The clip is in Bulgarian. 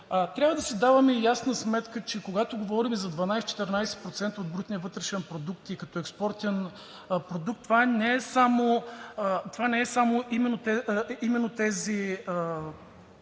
Трябва да си даваме ясна сметка, че когато говорим за 12 – 14% от брутния вътрешен продукт и като експортен продукт, това не са само хотелите